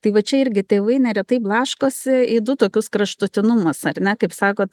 tai va čia irgi tėvai neretai blaškosi į du tokius kraštutinumus ar ne kaip sakot